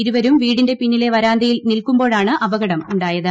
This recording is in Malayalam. ഇരുവരും വിട്ടിന്റെ പിന്നിലെ വരാന്തയിൽ നിൽക്കുമ്പോഴാണ് അപകടം ഉണ്ട്ടുടയ്ത്